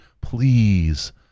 please